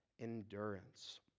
endurance